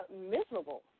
miserable